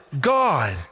God